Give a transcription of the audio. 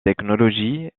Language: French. technology